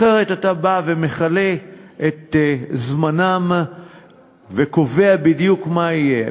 אחרת אתה בא ומכלה את זמנם וקובע בדיוק מה יהיה.